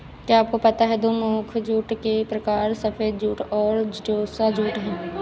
क्या आपको पता है दो मुख्य जूट के प्रकार सफ़ेद जूट और टोसा जूट है